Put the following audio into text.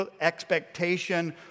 expectation